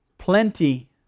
Plenty